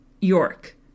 York